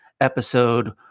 episode